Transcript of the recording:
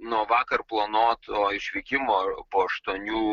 nuo vakar planuoto išvykimo po aštuonių